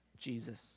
Jesus